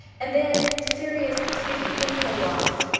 and then serious, excuse me, painful loss.